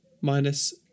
minus